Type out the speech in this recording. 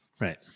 Right